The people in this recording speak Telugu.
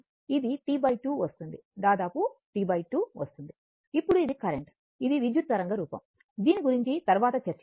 ఇది T2 వస్తుంది దాదాపు T 2 వస్తుంది ఇప్పుడు ఇది కరెంట్ ఇది విద్యుత్ తరంగ రూపం దీని గురించి తర్వాత చర్చిద్దాం